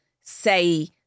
say